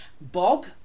bog